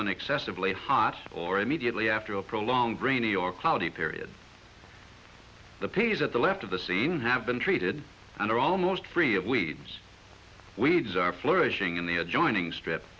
when excessively hot or immediately after a prolonged rainy or cloudy period the piece at the left of the scene have been treated and are almost free of weeds we needs are flourishing in the adjoining strip